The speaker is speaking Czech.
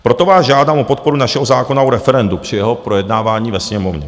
Proto vás žádám o podporu našeho zákona o referendu při jeho projednávání ve Sněmovně.